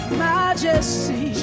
majesty